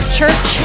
church